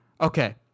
okay